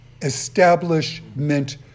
establishment